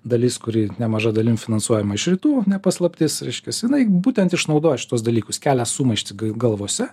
dalis kuri nemaža dalim finansuojama iš rytų ne paslaptis reiškias jinai būtent išnaudoja šituos dalykus kelia sumaištį galvose